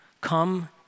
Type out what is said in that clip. come